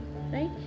right